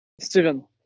Steven